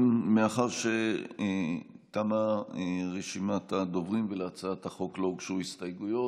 מאחר שתמה רשימת הדוברים ולהצעת החוק לא הוגשו הסתייגויות,